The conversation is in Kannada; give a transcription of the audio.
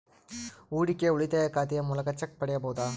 ಹೂಡಿಕೆಯ ಉಳಿತಾಯ ಖಾತೆಯ ಮೂಲಕ ಚೆಕ್ ಪಡೆಯಬಹುದಾ?